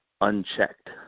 unchecked